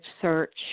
search